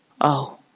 Oh